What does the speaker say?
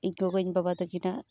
ᱤᱧ ᱜᱚᱜᱚ ᱤᱧ ᱵᱟᱵᱟ ᱛᱟᱠᱤᱱᱟᱜ